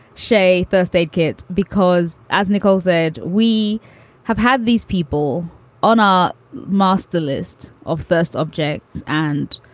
shay first aid kit because as nicole said, we have had these people on our master list of first objects. and,